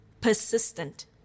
persistent